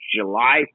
july